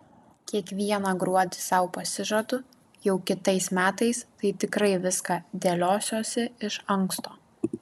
kiekvieną gruodį sau pasižadu jau kitais metais tai tikrai viską dėliosiuosi iš anksto